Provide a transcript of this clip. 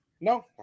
No